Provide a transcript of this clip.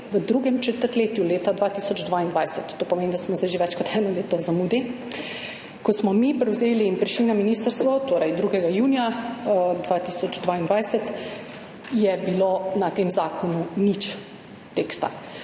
v drugem četrtletju leta 2022. To pomeni, da smo zdaj že več kot eno leto v zamudi. Ko smo mi prevzeli in prišli na ministrstvo, torej 2. junija 2022, v tem zakonu ni bilo teksta.